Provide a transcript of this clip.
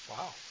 Wow